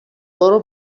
برو